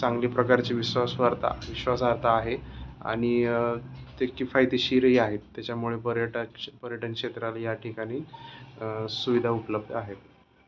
चांगली प्रकारची विश्वासवार्ता विश्वासार्हता आहे आणि ते किफायतशीरही आहेत त्याच्यामुळे पर्यटक पर्यटन क्षेत्राल या ठिकाणी सुविधा उपलब्ध आहेत